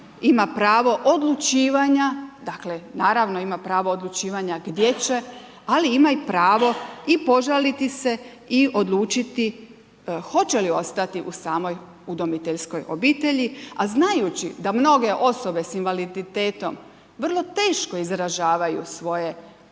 ima pravo odlučivanja. Dakle naravno ima pravo odlučivanja gdje će, ali ima pravo i požaliti se i odlučiti hoće li ostati u samoj udomiteljskoj obitelji, a znajući da mnoge osobe sa invaliditetom vrlo teško izražavaju svoje